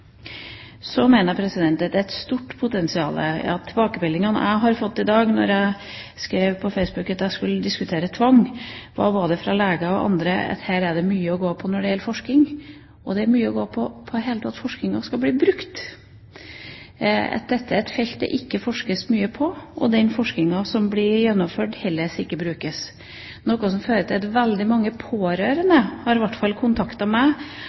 Jeg mener det er et stort potensial. Tilbakemeldinger jeg har fått i dag fra både leger og andre da jeg skrev på Facebook at jeg skulle diskutere tvang, er at her er det mye å gå på når det gjelder forskning, og det er mye å gå på for at forskningen i det hele tatt skal bli brukt; at dette er et felt det ikke forskes mye på, og forskningen som blir gjennomført, blir heller ikke brukt, noe som i hvert fall fører til at veldig mange pårørende har